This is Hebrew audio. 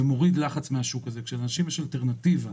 כשלאנשים יש אלטרנטיבה